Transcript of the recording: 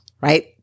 right